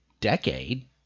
decade